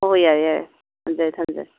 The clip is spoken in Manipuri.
ꯍꯣꯍꯣꯏ ꯌꯥꯔꯦ ꯌꯥꯔꯦ ꯊꯝꯖꯔꯦ ꯊꯝꯖꯔꯦ